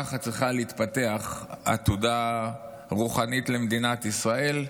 ככה צריכה להתפתח עתודה רוחנית למדינת ישראל.